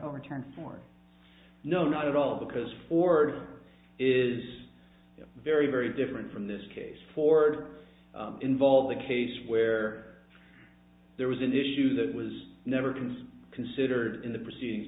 overturn for no not at all because ford is very very different from this case for involve the case where there was an issue that was never times considered in the proceedings